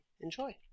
enjoy